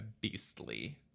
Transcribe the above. beastly